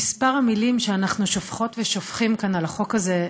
מספר המילים שאנחנו שופכות ושופכים על החוק הזה,